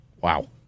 Wow